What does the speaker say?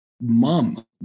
Mom